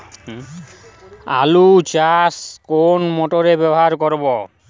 আলু চাষে কোন মোটর ব্যবহার করব?